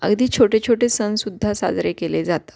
अगदी छोटे छोटे सण सुद्धा साजरे केले जातात